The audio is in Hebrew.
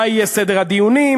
מה יהיה סדר הדיונים,